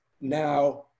now